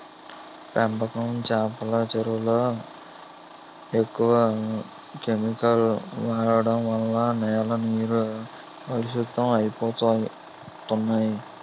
పెంపకం చేపల చెరువులలో ఎక్కువ కెమికల్ వాడడం వలన నేల నీరు కలుషితం అయిపోతన్నాయి